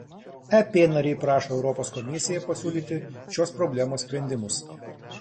ep nariai prašo europos komisiją pasiūlyti šios problemos sprendimus